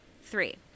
Three